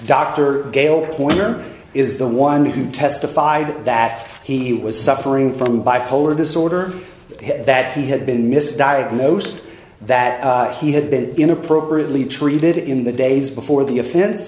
corner is the one who testified that he was suffering from bipolar disorder that he had been misdiagnosed that he had been in appropriately treated in the days before the offen